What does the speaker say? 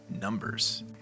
Numbers